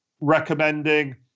recommending